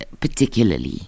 particularly